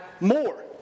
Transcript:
more